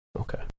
Okay